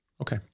okay